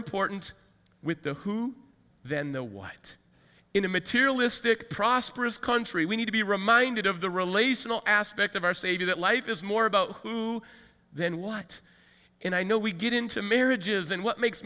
important with the who then the white in a materialistic prosperous country we need to be reminded of the relational aspect of our savior that life is more about who then what and i know we get into marriages and what makes